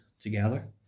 together